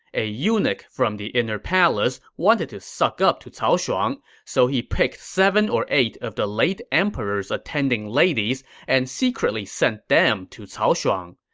a eunuch from the inner palace wanted to suck up to cao shuang, so he picked seven or eight of the late emperor's attending ladies and secretly sent them to cao shuang.